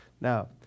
Now